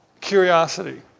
Curiosity